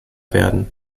werden